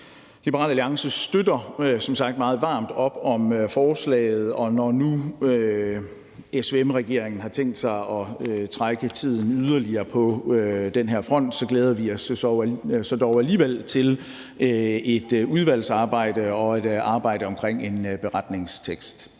Liberal Alliance støtter som sagt meget varmt op om forslaget. Når nu SVM-regeringen har tænkt sig at trække tiden yderligere på den her front, glæder vi os dog alligevel til et udvalgsarbejde og et arbejde omkring en beretningstekst.